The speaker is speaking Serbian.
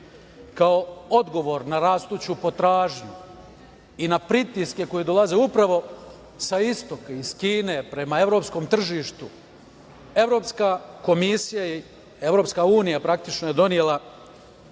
EU.Kao odgovor na rastuću potražnju i na pritiske koje dolaze upravo sa Istoka, iz Kine prema evropskom tržištu Evropska komisija, Evropska unija, praktično donela